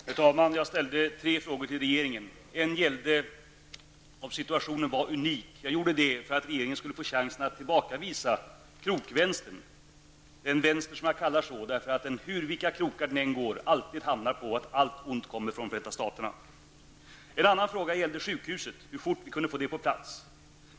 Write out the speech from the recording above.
Herr talman! Jag ställde tre frågor till regeringen. En fråga gällde om situationen är unik. Jag ställde frågan för att ge regeringen en chans att tillbakavisa krokvänstern. Jag kallar det för en vänster, för att i vilka krokar det hela än går hamnar allt på att allt ont kommer från Förenta Staterna. En annan fråga gällde sjukhuset och hur fort det går att få det på plats.